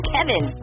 Kevin